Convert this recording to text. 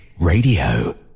Radio